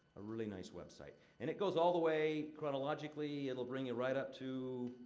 a really nice website. and it goes all the way, chronologically it'll bring you right up to.